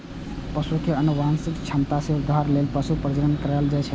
पशु के आनुवंशिक क्षमता मे सुधार लेल पशु प्रजनन कराएल जाइ छै